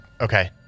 okay